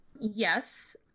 Yes